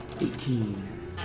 Eighteen